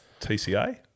TCA